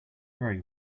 very